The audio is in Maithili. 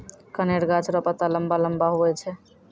कनेर गाछ रो पत्ता लम्बा लम्बा हुवै छै